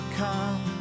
come